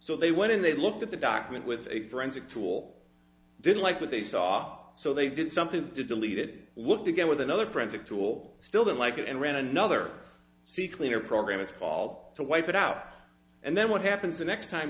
so they went in they looked at the document with a forensic tool didn't like what they saw so they did something to delete it looked again with another forensic tool still didn't like it and ran another see clear program it's called to wipe it out and then what happens the next time